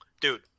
Dude